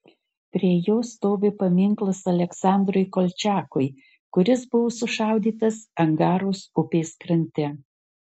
prie jo stovi paminklas aleksandrui kolčiakui kuris buvo sušaudytas angaros upės krante